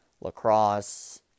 lacrosse